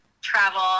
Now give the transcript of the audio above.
travel